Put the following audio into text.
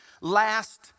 last